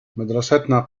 مدرستنا